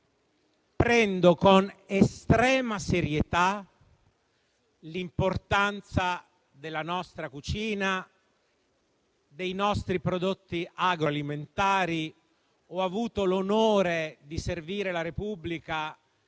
prendo con estrema serietà l'importanza della nostra cucina e dei nostri prodotti agroalimentari. Ho avuto l'onore di servire la Repubblica